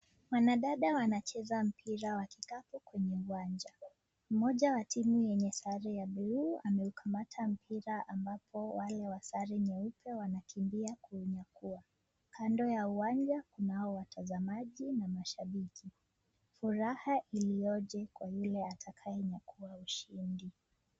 Wanadada wanacheza mpira wa kikapu kwenye uwanja, mmoja ya timu yenye sare ya bluu ameukamata mpira ambapo wale wa sare nyeupe wanakimbia kuunyakua , kando ya uwanja kunao watazamaji na mashabiki , furaha iliyoje kwa yule atakayenyakua ushindi.